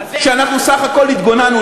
שאנחנו סך הכול התגוננו,